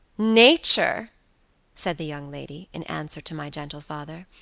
nature said the young lady in answer to my gentle father.